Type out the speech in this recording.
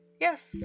Yes